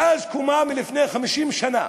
מאז קומה לפני 50 שנה